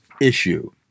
issue